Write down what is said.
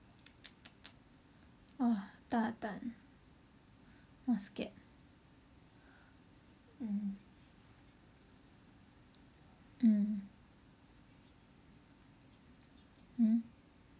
!wah! 大胆 not scared mm mm hmm